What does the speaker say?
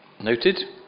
noted